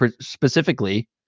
specifically